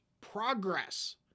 progress